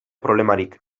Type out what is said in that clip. problemarik